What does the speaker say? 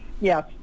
Yes